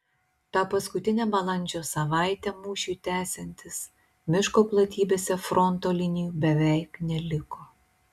tą paskutinę balandžio savaitę mūšiui tęsiantis miško platybėse fronto linijų beveik neliko